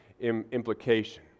implication